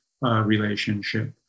relationship